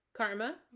Karma